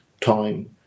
time